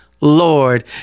Lord